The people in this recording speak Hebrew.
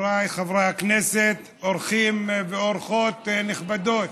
חבריי חברי הכנסת, אורחים ואורחות נכבדות,